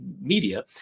media